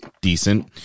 decent